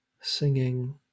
Singing